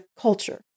culture